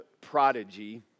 prodigy